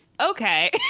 okay